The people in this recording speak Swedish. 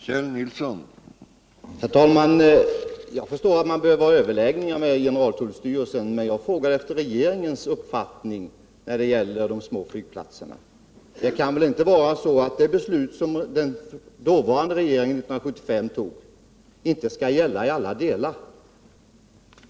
Herr talman! Jag förstår att man behöver ha överläggningar med generaltullstyrelsen, men jag frågade efter regeringens uppfattning om de små flygplatserna. Det beslut som den dåvarande regeringen fattade 1975 skall väl gälla i alla delar?